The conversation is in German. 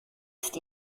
ist